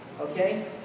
okay